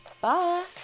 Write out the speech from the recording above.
bye